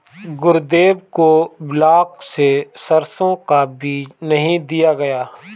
गुरुदेव को ब्लॉक से सरसों का बीज नहीं दिया गया